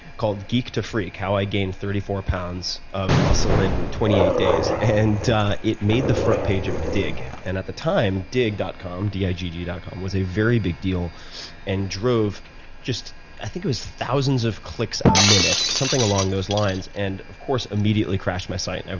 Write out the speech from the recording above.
called geek to freak, how i gained thirty four pounds of muscle in twenty eight days and it made the front page of digg. and at the time, digg dot com d i g g dot com was a very big deal and drove just i think it was thousands of clicks a minute, something along those line and of course, immediately crashed my site.